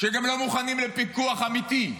שגם לא מוכנות לפיקוח אמיתי,